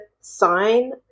sign